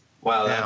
Wow